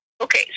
Okay